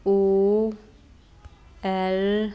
O L